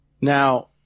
Now